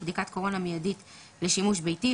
"בדיקת קורונה מיידית לשימוש ביתי",